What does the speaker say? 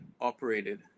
operated